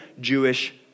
Jewish